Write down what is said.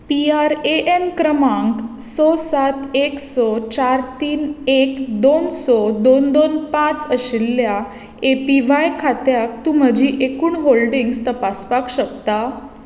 P R A N क्रमांक स सात एक स चार तीन एक दोन स दोन दोन पांच आशिल्ल्या ए पी व्हाय खात्यांत तूं म्हजी एकुण होल्डिंग्स तपासपाक शकता